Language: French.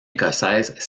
écossaise